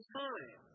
time